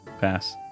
pass